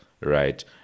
right